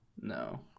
No